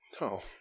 No